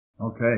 Okay